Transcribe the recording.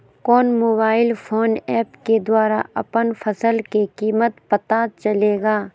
कौन mobile phone app के द्वारा अपन फसल के कीमत पता चलेगा?